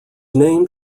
named